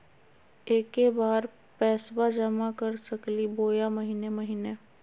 एके बार पैस्बा जमा कर सकली बोया महीने महीने?